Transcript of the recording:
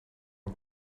het